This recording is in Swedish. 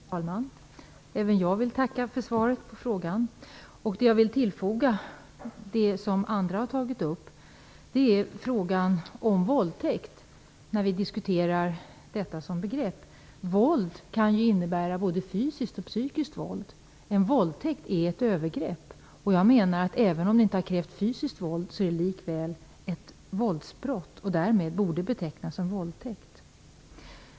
Fru talman! Även jag vill tacka för svaret på frågorna. Jag vill komplettera de övriga talarna med att tala om begreppet våldtäkt. Våld kan innebära både fysiskt och psykiskt våld. En våldtäkt är ett övergrepp. Jag menar att även om det inte har krävt fysiskt våld är det likväl ett våldsbrott. Därmed borde det betecknas som våldtäkt.